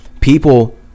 people